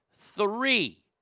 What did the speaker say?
Three